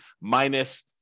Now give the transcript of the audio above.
minus